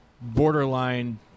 borderline